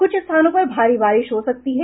कुछ स्थानों पर भारी बारिश हो सकती है